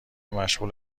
مشغول